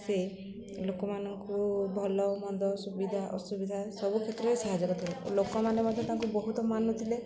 ସେ ଲୋକମାନଙ୍କୁ ଭଲ ମନ୍ଦ ସୁବିଧା ଅସୁବିଧା ସବୁ କ୍ଷେତ୍ରରେ ସାହାଯ୍ୟ କରି ଥିଲେ ଲୋକମାନେ ମଧ୍ୟ ତାଙ୍କୁ ବହୁତ ମାନୁ ଥିଲେ